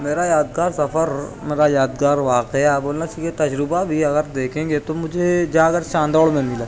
میرا یادگار سفر میرا یادگار واقعہ بولنا چاہیے تجربہ بھی اگر دیکھیں گے تو جاکر چاندوڑ میں ملا